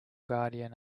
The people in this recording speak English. guardian